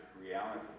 reality